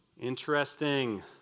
Interesting